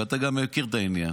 ואתה גם מכיר את העניין,